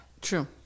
True